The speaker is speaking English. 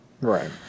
right